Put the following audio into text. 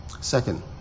Second